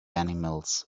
animals